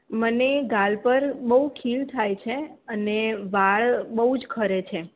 મને ગાલ પર બહુ ખીલ થાય છે અને વાળ બહુ જ ખરે છે